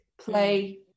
play